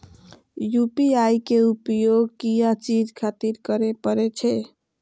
UPI के उपयोग किया चीज खातिर करें परे छे?